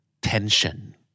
Tension